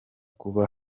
kuba